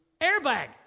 airbag